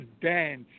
dance